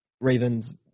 Ravens